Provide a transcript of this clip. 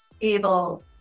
able